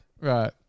right